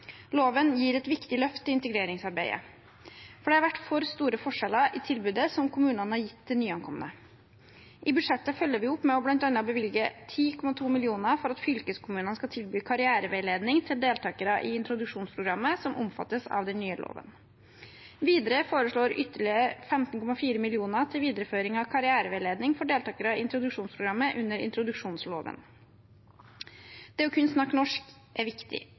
Loven gir et viktig løft til integreringsarbeidet, for det har vært for store forskjeller i tilbudet som kommunene har gitt til nyankomne. I budsjettet følger vi opp med bl.a. å bevilge 10,2 mill. kr for at fylkeskommunene skal tilby karriereveiledning til deltakere i introduksjonsprogrammet som omfattes av den nye loven. Videre foreslås ytterligere 15,4 mill. kr til videreføring av karriereveiledning for deltakere i introduksjonsprogrammet under introduksjonsloven. Det å kunne snakke norsk er viktig,